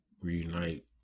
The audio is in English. reunite